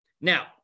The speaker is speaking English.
Now